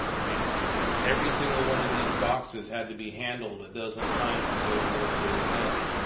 i mean every single one of these boxes had to be handled a dozen times to get it where it is now.